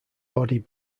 body